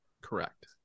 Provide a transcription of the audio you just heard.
Correct